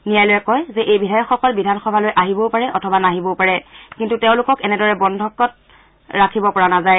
ন্যায়ালয়ে কয় যে এই বিধায়কসকল বিধানসভালৈ আহিবও পাৰে অথবা নাহিবও পাৰে কিন্তু তেওঁলোকক এনেদৰে বন্ধকত ৰাখিব পৰা নাযায়